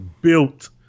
built